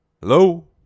hello